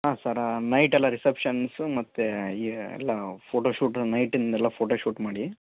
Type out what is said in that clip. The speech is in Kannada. ಹಾಂ ಸರ್ ನೈಟೆಲ್ಲ ರಿಸೆಪ್ಶನ್ಸು ಮತ್ತೆ ಈ ಎಲ್ಲ ಫೋಟೋ ಶೂಟ್ ನೈಟಿಂದು ಎಲ್ಲ ಫೋಟೋ ಶೂಟ್ ಮಾಡಿ